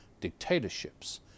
dictatorships